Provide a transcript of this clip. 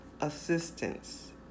assistance